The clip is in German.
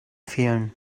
fehlen